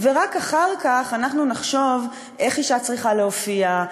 ורק אחר כך אנחנו נחשוב איך אישה צריכה להופיע,